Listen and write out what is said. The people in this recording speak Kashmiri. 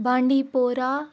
بانڈی پوٗرا